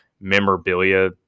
memorabilia